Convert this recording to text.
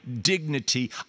dignity